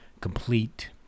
complete